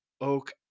oak